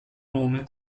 nome